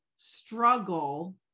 Struggle